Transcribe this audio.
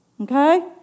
Okay